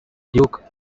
duke